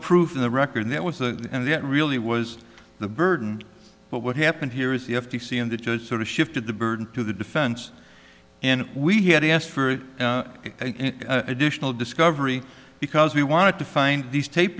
proof in the record that was the and that really was the burden but what happened here is the f t c and it just sort of shifted the burden to the defense and we had asked for additional discovery because we wanted to find these tape